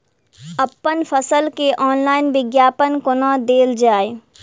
अप्पन फसल केँ ऑनलाइन विज्ञापन कोना देल जाए?